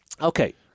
Okay